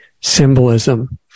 symbolism